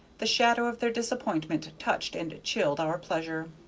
the shadow of their disappointment touched and chilled our pleasure.